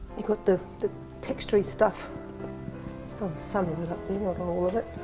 you've got the texturey stuff just on some of it,